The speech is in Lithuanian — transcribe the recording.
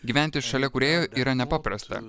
gyventi šalia kūrėjo yra nepaprasta